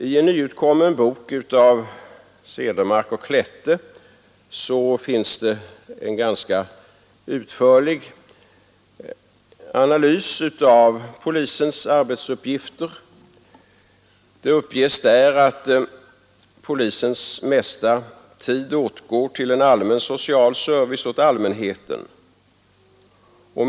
I en nyutkommen bok av Cedermark och Klette finns det en ganska utförlig analys av polisens arbetsuppgifter. Det uppges där att det mesta av polisens arbete åtgår till en allmän social service åt allmänheten.